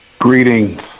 Greetings